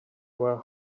were